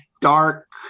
dark